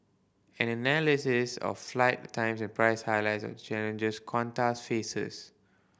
an analysis of flight times and prices highlights the challenges Qantas faces